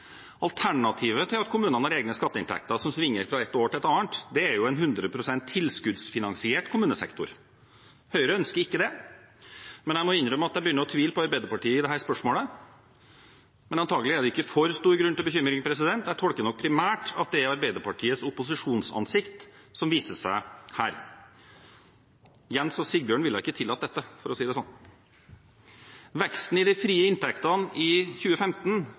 Alternativet til at kommunene har egne skatteinntekter som svinger fra et år til et annet, er en hundre prosent tilskuddsfinansiert kommunesektor. Høyre ønsker ikke det, men jeg må innrømme at jeg begynner å tvile på Arbeiderpartiet i dette spørsmålet. Antagelig er det ikke for stor grunn til bekymring, jeg tolker nok primært at det er Arbeiderpartiets opposisjonsansikt som viser seg her. Jens og Sigbjørn ville ikke tillatt dette, for å si det sånn. Veksten i de frie inntektene i 2015